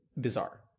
bizarre